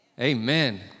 Amen